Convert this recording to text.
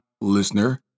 listener